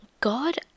God